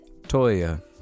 Toya